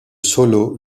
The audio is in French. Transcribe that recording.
solo